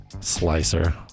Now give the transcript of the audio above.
Slicer